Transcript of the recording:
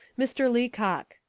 mr. leacock.